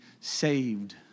saved